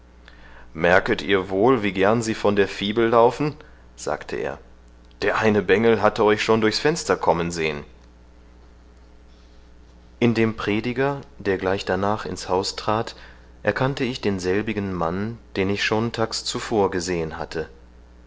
merket ihr wohl wie gern sie von der fibel laufen sagte er der eine bengel hatte euch schon durchs fenster kommen sehen in dem prediger der gleich danach ins haus trat erkannte ich denselbigen mann den ich schon tags zuvor gesehen hatte